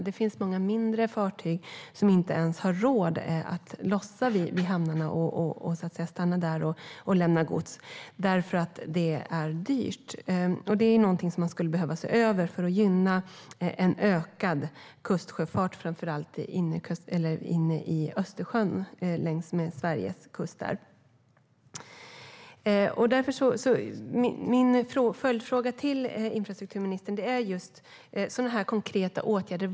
Det finns många mindre fartyg som inte har råd att stanna i hamnarna för att lossa där, därför att det är dyrt. Det skulle man behöva se över för att gynna en ökad kustsjöfart, framför allt längs med Sveriges kust i Östersjön. Min följdfråga till infrastrukturministern handlar om sådana här konkreta åtgärder.